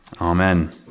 Amen